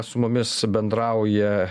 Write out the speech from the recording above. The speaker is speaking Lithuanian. su mumis bendrauja